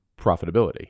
profitability